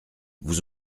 vous